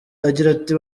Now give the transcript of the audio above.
ati